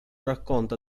racconta